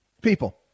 People